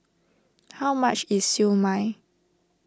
how much is Siew Mai